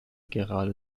gerade